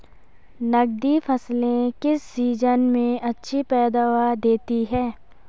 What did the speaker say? नकदी फसलें किस सीजन में अच्छी पैदावार देतीं हैं?